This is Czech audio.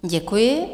Děkuji.